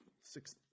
six